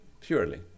purely